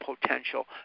potential